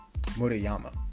Murayama